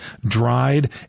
dried